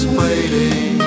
waiting